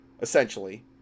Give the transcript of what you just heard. essentially